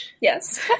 Yes